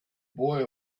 boy